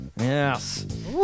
Yes